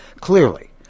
Clearly